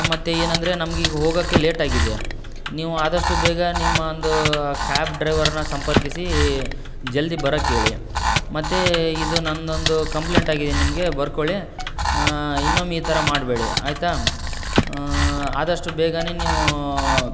ಮತ್ತು ಏನಂದರೆ ನಮಗೀಗ ಹೋಗೋಕೆ ಲೇಟಾಗಿದೆ ನೀವು ಆದಷ್ಟು ಬೇಗ ನಿಮ್ಮ ಒಂದು ಆ ಕ್ಯಾಬ್ ಡ್ರೈವರ್ನ ಸಂಪರ್ಕಿಸಿ ಜಲ್ದಿ ಬರೋಕ್ಕೇಳಿ ಮತ್ತು ಇದು ನಂದೊಂದು ಕಂಪ್ಲೇಂಟಾಗಿದೆ ನಿಮಗೆ ಬರ್ಕೊಳ್ಳಿ ಇನ್ನೊಮ್ಮೆ ಈ ತರ ಮಾಡಬೇಡಿ ಆಯ್ತಾ ಆದಷ್ಟು ಬೇಗನೇ ನೀವು